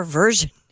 version